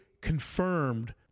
confirmed